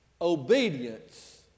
Obedience